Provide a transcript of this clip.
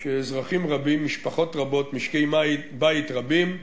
שאזרחים רבים, משפחות רבות, משקי-בית רבים,